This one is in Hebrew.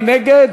מי נגד?